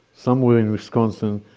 somewhere in wisconsin,